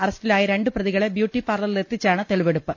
അറസ്റ്റിലായ രണ്ട് പ്രതികളെ ബ്യൂട്ടിപാർലറി ലെത്തിച്ചാണ് തെളിവെടുപ്പ്